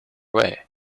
way